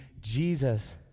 Jesus